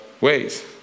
ways